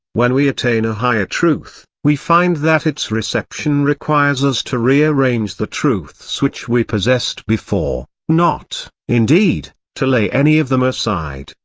when we attain a higher truth, we find that its reception requires us to re-arrange the truths which we possessed before not, not, indeed, to lay any of them aside,